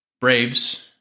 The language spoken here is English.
Braves